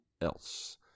else